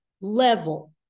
level